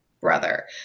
brother